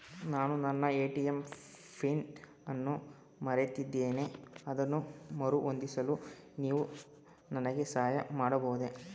ನಾನು ನನ್ನ ATM PIN ಅನ್ನು ಮರೆತಿದ್ದೇನೆ ಅದನ್ನು ಮರುಹೊಂದಿಸಲು ನೀವು ನನಗೆ ಸಹಾಯ ಮಾಡಬಹುದೇ?